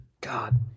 god